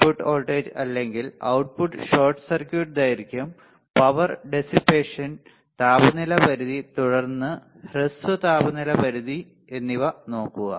input voltage അല്ലെങ്കിൽ output short circuit ദൈർഘ്യം power dissipation താപനില പരിധി തുടർന്ന് ഹ്രസ്വ താപനില പരിധി എന്നിവ നോക്കുക